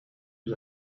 was